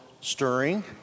stirring